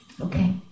Okay